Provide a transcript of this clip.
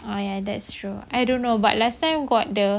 oh ya that's true I don't know but last time got the